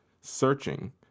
Searching